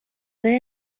they